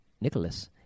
Nicholas